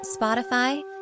Spotify